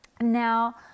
Now